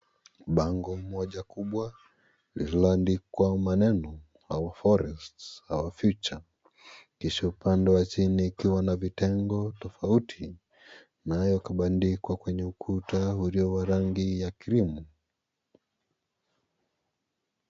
Bango moja kubwa, lililoandikwa maneno, (cs) our forests, our future(cs), kisha upande wa chini ikiwa na vitengo tofauti, nayo kabandikwa kwenye ukuta ulio wa rangi ya krimu.